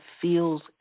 feels